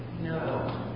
No